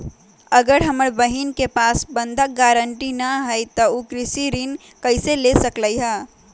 अगर हमर बहिन के पास बंधक गरान्टी न हई त उ कृषि ऋण कईसे ले सकलई ह?